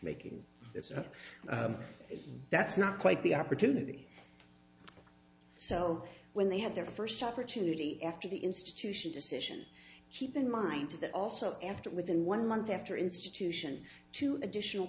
not that's not quite the opportunity so when they had their first opportunity after the institution decision keep in mind that also after within one month after institution two additional